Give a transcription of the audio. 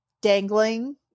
dangling